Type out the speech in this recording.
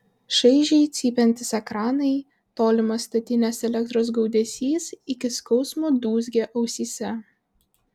šaižiai cypiantys ekranai tolimas statinės elektros gaudesys iki skausmo dūzgė ausyse